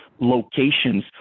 locations